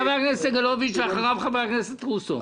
חבר הכנסת סגלוביץ'; ואחריו חבר הכנסת רוסו.